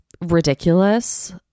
ridiculous